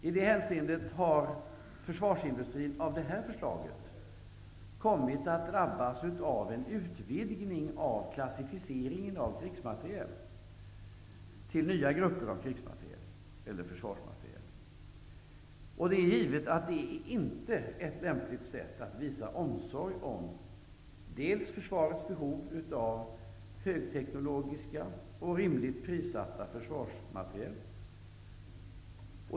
Av det här förslaget har försvarsindustrin kommit att drabbas av en utvidgning av klassificering av krigsmateriel till nya grupper av försvarsmateriel. Givetvis är det inte ett lämligt sätt att visa omsorg om försvarets behov av högteknologiska och rimligt prissatta försvarsmateriel.